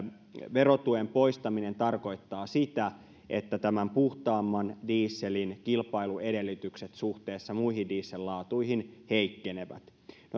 verotuen poistaminen tarkoittaa sitä että tämän puhtaamman dieselin kilpailuedellytykset suhteessa muihin diesel laatuihin heikkenevät noin